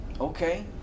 Okay